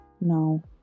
no